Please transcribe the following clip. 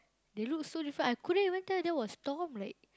they look so different I couldn't even tell that was Tom like